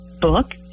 book